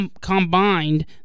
combined